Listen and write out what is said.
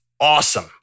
Awesome